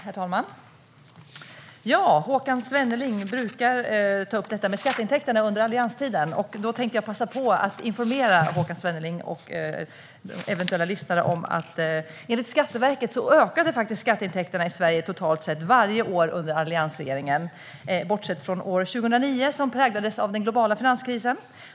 Herr talman! Håkan Svenneling brukar ta upp det här med skatteintäkterna under allianstiden. Jag tänkte passa på att informera Håkan Svenneling och eventuella lyssnare om att enligt Skatteverket ökade skatteintäkterna i Sverige totalt sett varje år under alliansregeringen bortsett från år 2009, som präglades av den globala finanskrisen.